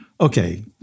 okay